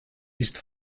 ist